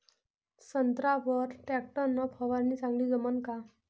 संत्र्यावर वर टॅक्टर न फवारनी चांगली जमन का?